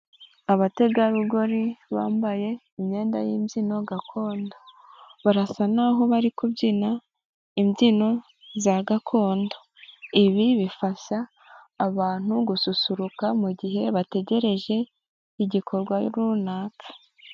Abategarugori bambaye imyenda y'imbyino gakondo, barasa naho bari kubyina imbyino za gakondo, ibi bifasha abantu gususuruka mu gihe bategereje igikorwa runaka.